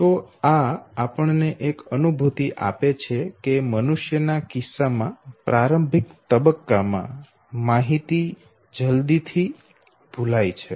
તો આ આપણને એક અનુભૂતિ આપે છે કે મનુષ્ય ના કિસ્સામાં પ્રારંભિક તબક્કા માં માહિતી જલ્દી થી ભુલાય છે